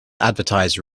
advertise